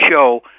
show